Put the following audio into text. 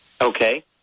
Okay